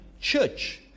church